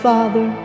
Father